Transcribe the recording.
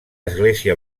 església